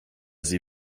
sie